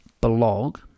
blog